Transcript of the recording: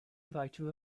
writer